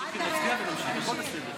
נצביע ונמשיך, הכול בסדר.